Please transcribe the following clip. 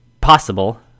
possible